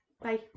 Bye